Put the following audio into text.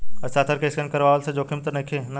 हस्ताक्षर के स्केन करवला से जोखिम त नइखे न?